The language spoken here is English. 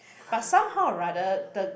but somehow or rather the